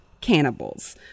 cannibals